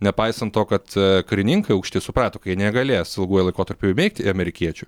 nepaisant to kad karininkai aukšti suprato kad jie negalės ilguoju laikotarpiu įveikti amerikiečių